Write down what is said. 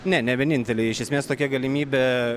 ne ne vieninteliai iš esmės tokia galimybė